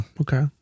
Okay